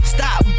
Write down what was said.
Stop